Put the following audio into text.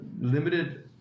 limited